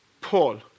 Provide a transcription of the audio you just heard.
Paul